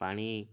ପାଣି